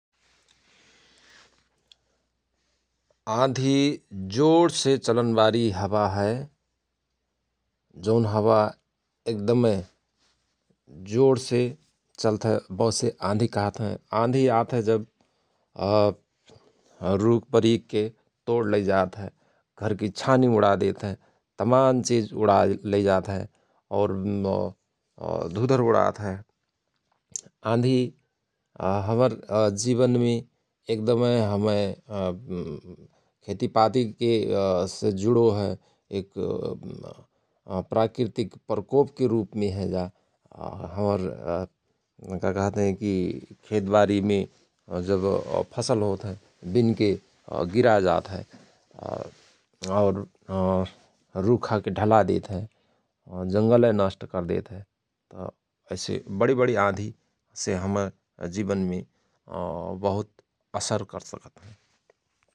आँधि जोणसे चलन बारी हवा हय । जौन हवा एकदमय जोणसे चल्तहय बोसे आँधि कहत हयं आँधि आतहय जव रुखबरिखके तोण लैजात हय । घरकि छानी उणायदेत हय तमान चिझ उणाय लैजात हय और धुधर उणात हय । आँधि हमर जिवनमे एकदमय हमय खेतिपातिके से जुणोहय एक प्राकृतिक प्रकोपके रुपमे हय जा हमर । का कहत हयं कि खेतवारीमे जव फसल होत हयं विनके गिराएजात हय और रुखाके ढलाएदेत हय जंगलय नष्ट करदेतहय । ऐसि बणि बणि आँधि से हमर जिवनमे बहुत असर करसकत हयं ।